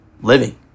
Living